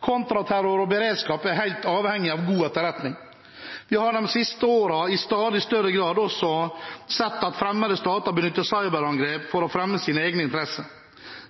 Kontraterror og beredskap er helt avhengig av god etterretning. Vi har de siste årene i stadig større grad også sett at fremmede stater benytter cyberangrep for å fremme sine egne interesser.